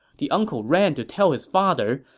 the uncle ran to tell his father.